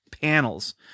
panels